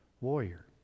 warrior